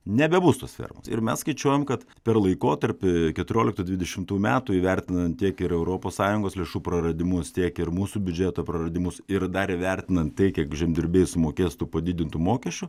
nebebus tos fermos ir mes skaičiuojam kad per laikotarpį keturioliktų dvidešimtų metų įvertinant tiek ir europos sąjungos lėšų praradimus tiek ir mūsų biudžeto praradimus ir dar įvertinant tai kiek žemdirbiai sumokės tų padidintų mokesčių